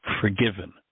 forgiven